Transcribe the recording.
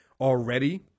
already